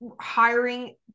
hiring